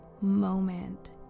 moment